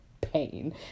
pain